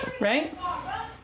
Right